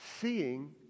Seeing